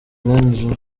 alain